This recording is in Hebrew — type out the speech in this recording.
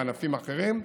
וענפים אחרים,